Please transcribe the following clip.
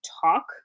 talk